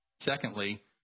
Secondly